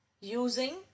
using